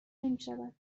نمیشود